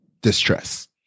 distress